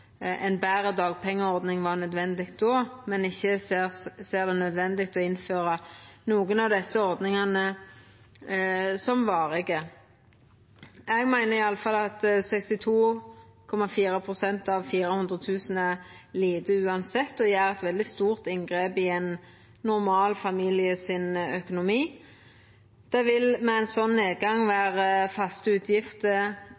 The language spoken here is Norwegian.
betre dagpengeordning var nødvendig då, men ikkje ser det som nødvendig å innføra nokon av desse ordningane som varige. Eg meiner iallfall at 62,4 pst. av 400 000 er lite, uansett, og gjer eit veldig stort inngrep i økonomien til ein normal familie. Det vil med ein sånn nedgang